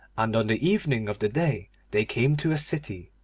and on the evening of the day they came to a city.